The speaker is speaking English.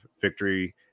victory